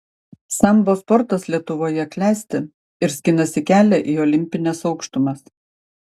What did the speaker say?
sambo sportas lietuvoje klesti ir skinasi kelią į olimpines aukštumas